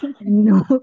No